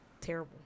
terrible